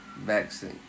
vaccine